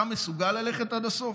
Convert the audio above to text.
אתה מסוגל ללכת עד הסוף?